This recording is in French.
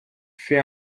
fait